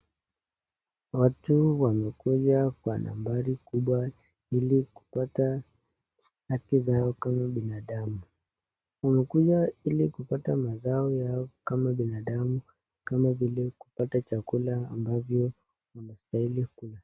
Watu wamekuja kwa nambari kubwa ili kupata haki zao kama binadamu wamekuja ili kupata mazao yao kama binadamu kama vile kupata chakula ambavyo wanastahili kula.